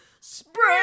Spring